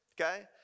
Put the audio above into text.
okay